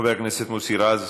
חבר הכנסת מוסי רז.